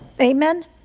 Amen